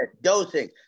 Dosing